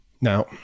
Now